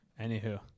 Anywho